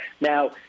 Now